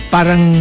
Parang